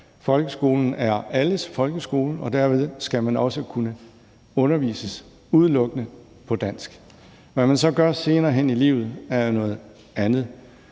Folkeskolen er alles folkeskole, og dermed skal man også kunne undervises udelukkende på dansk. Hvad man så gør senere hen i livet, er noget andet.